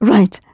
Right